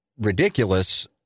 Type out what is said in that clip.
ridiculous